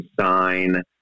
sign